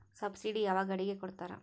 Subsidy ಯಾವ ಗಾಡಿಗೆ ಕೊಡ್ತಾರ?